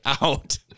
out